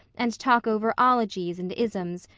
and talk over ologies and isms,